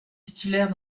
titulaire